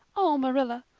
oh, marilla,